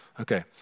Okay